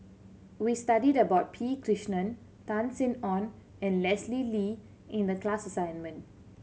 we studied about P Krishnan Tan Sin Aun and Leslie Lee in the class assignment